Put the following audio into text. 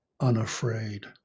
unafraid